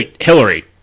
Hillary